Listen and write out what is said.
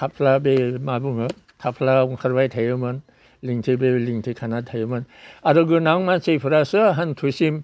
थाफ्ला बे मा बुङो थाफ्लायाव ओंखारबाय थायोमोन जोंनिथिं लिंथि थाना थायोमोन आरो गोनां मानसैफोरासो हान्थुसिम